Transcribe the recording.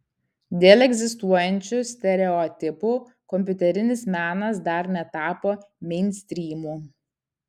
dėl egzistuojančių stereotipų kompiuterinis menas dar netapo meinstrymu